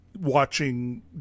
watching